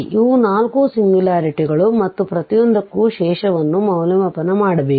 ಇವು ನಾಲ್ಕು ಸಿಂಗ್ಯುಲಾರಿಟಿಗಳು ಮತ್ತು ಪ್ರತಿಯೊಂದಕ್ಕೂ ಶೇಷವನ್ನು ಮೌಲ್ಯಮಾಪನ ಮಾಡಬೇಕು